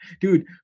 dude